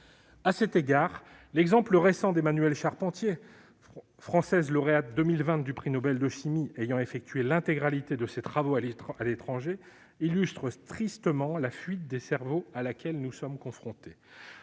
À cet égard, l'exemple récent d'Emmanuelle Charpentier, lauréate française du prix Nobel de chimie 2020 ayant effectué l'intégralité de ses travaux à l'étranger, illustre tristement la fuite des cerveaux à laquelle nous sommes confrontés.